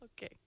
Okay